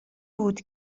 بود